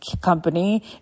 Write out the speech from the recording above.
company